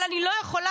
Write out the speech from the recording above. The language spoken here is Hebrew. אבל אני לא יכולה,